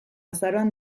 azaroan